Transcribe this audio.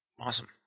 Awesome